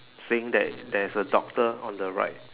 saying that there is a doctor on the right